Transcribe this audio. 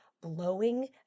blowing